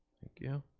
thank you.